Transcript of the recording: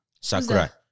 Sakura